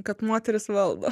kad moteris valdo